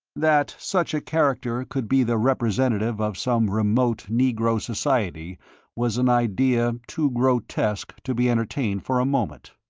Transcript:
that such a character could be the representative of some remote negro society was an idea too grotesque to be entertained for a moment.